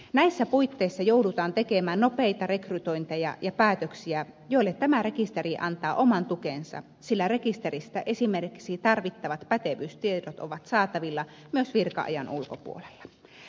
näissä puitteissa joudutaan tekemään nopeita rekrytointeja ja päätöksiä joille tämä rekisteri antaa oman tukensa sillä rekisteristä esimerkiksi tarvittavat pätevyystiedot ovat saatavilla myös virka ajan ulkopuolella